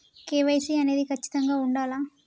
KYC అనేది ఖచ్చితంగా ఉండాలా?